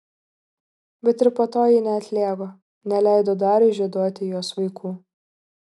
bet ir po to ji neatlėgo neleido dariui žieduoti jos vaikų